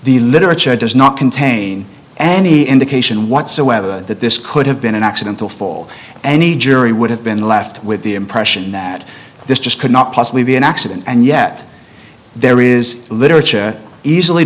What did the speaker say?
the literature does not contain any indication whatsoever that this could have been an accidental fall any jury would have been left with the impression that this just could not possibly be an accident and yet there is literature easily